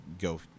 go